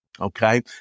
Okay